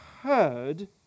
heard